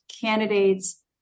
candidates